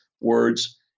words